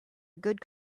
good